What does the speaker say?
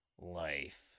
life